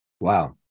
Wow